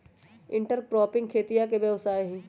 intercropping खेतीया के व्यवस्था हई